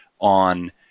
on